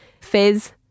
fizz